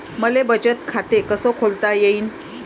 मले बचत खाते कसं खोलता येईन?